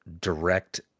direct